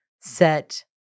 set